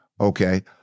Okay